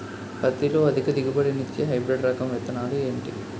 పత్తి లో అధిక దిగుబడి నిచ్చే హైబ్రిడ్ రకం విత్తనాలు ఏంటి